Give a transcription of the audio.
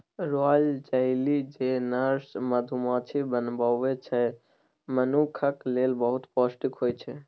royal jelly जे nurse मधुमाछी बनबै छै मनुखक लेल बहुत पौष्टिक होइ छै